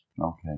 Okay